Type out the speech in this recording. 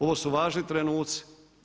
Ovo su važni trenuci.